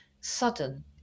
sudden